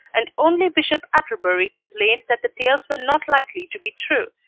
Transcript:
and only bishop atterbury complained that the tales were not likely to be true,